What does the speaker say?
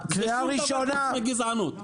זה -- גזענות.